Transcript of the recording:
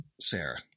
Sarah